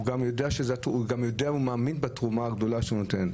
הוא גם יודע ומאמין בתרומה הגדולה שהוא נותן.